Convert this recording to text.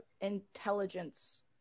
Intelligence